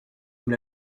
nous